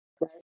right